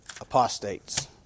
apostates